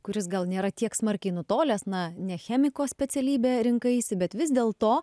kuris gal nėra tiek smarkiai nutolęs na ne chemiko specialybę rinkaisi bet vis dėlto